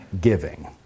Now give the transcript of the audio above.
giving